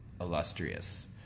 illustrious